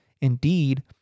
Indeed